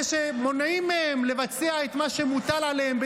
שמונעים מהם לבצע בנחישות את מה שמוטל עליהם.